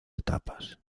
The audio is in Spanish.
etapas